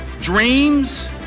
dreams